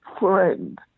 friend